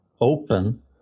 open